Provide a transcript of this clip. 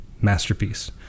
masterpiece